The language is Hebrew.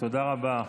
תודה רבה.